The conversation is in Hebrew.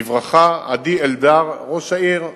בברכה, עדי אלדר, ראש העיר.